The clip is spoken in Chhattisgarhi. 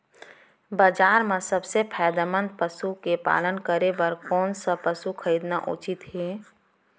बजार म सबसे फायदामंद पसु के पालन करे बर कोन स पसु खरीदना उचित हे?